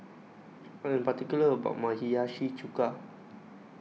I Am particular about My Hiyashi Chuka